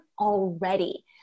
already